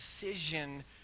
decision